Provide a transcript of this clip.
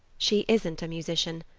she isn't a musician,